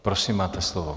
Prosím, máte slovo.